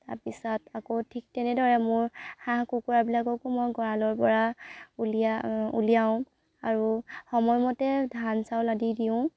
তাৰ পিছত আকৌ ঠিক তেনেদৰে মোৰ হাঁহ কুকুৰাবিলাককো মই গঁড়ালৰ পৰা উলিয়া উলিয়াওঁ আৰু সময় মতে ধান চাউল আদি দিওঁ